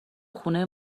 خونه